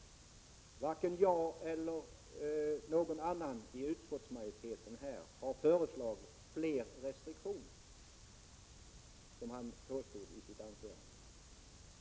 Varken jag eller någon annan i utskottsmajoriteten har föreslagit fler restriktioner, som Sten Andersson påstod i sitt anförande.